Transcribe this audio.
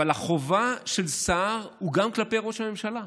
אבל החובה של שר היא גם כלפי ראש הממשלה.